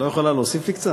את לא יכולה להוסיף לי קצת?